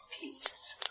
peace